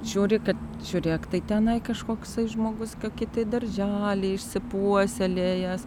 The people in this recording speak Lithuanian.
žiūri kad žiūrėk tai tenai kažkoksai žmogus kokį tai darželį išsipuoselėjes